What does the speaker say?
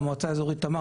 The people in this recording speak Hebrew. מדובר